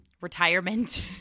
retirement